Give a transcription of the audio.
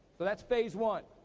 but that's phase one.